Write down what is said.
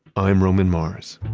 i'm roman mars